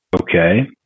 Okay